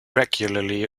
regularly